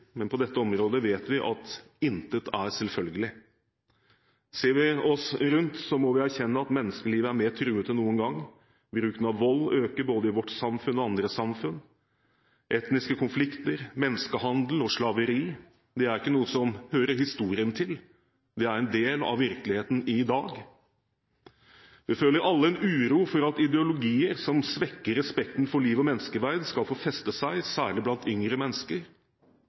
men på dette området vet vi at intet er selvfølgelig. Ser vi oss rundt, må vi erkjenne at menneskelivet er mer truet enn noen gang. Bruken av vold øker både i vårt samfunn og andre samfunn. Etniske konflikter, menneskehandel og slaveri er ikke noe som hører historien til, det er en del av virkeligheten i dag. Vi føler alle en uro for at ideologier som svekker respekten for liv og menneskeverd, skal få feste seg, særlig blant yngre mennesker,